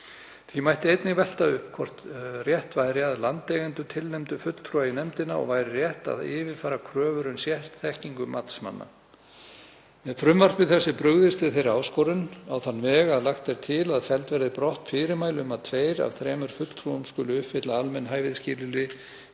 Því mætti einnig velta upp hvort rétt væri að landeigendur tilnefndu fulltrúa í nefndina og jafnframt að yfirfara kröfur um sérþekkingu matsmanna. Með frumvarpi þessu er brugðist við þeirri áskorun á þann veg að lagt er til að felld verði brott fyrirmæli um að tveir af þremur fulltrúum skuli uppfylla almenn hæfisskilyrði